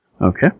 Okay